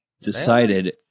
decided